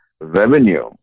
revenue